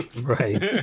Right